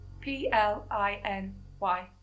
P-L-I-N-Y